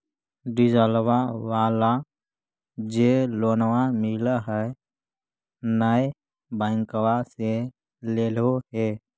डिजलवा वाला जे लोनवा मिल है नै बैंकवा से लेलहो हे?